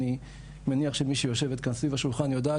אני מניח שמי שיושבת סביב השולחן יודעת